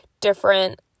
different